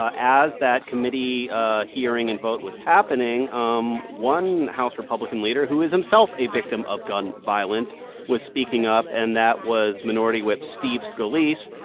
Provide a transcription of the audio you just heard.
ah as that committee ah hearing and vote was happening, um one house republican leader who is himself a victim of gun violence was speaking up. and that was minority whip steve scalise,